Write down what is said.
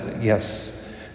yes